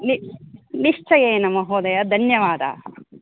नि निश्चयेन महोदय धन्यवादाः